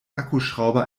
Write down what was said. akkuschrauber